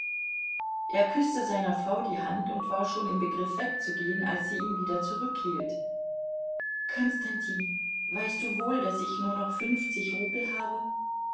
er küßte seiner frau die hand und war schon im begriff wegzugehen als sie ihn wieder zurückhielt konstantin weißt du wohl daß ich nur noch fünfzig rubel habe